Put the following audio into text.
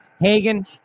Hagen